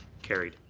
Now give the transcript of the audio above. carried.